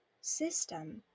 system